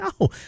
No